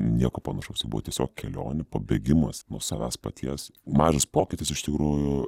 nieko panašaus tai buvo tiesiog kelionių pabėgimas nuo savęs paties mažas pokytis iš tikrųjų